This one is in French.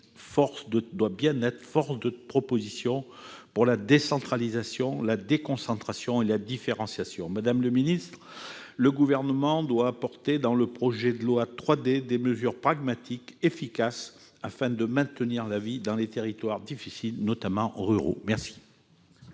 force de propositions pour la décentralisation, la déconcentration et la différenciation. Madame le ministre, le Gouvernement doit prévoir, dans le projet de loi 3D, des mesures pragmatiques et efficaces pour maintenir la vie dans les territoires difficiles, notamment ruraux. Monsieur